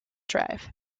drive